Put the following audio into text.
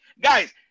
guys